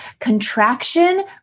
contraction